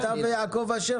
אתה ויעקב אשר,